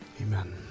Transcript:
amen